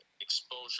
exposure